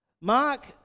Mark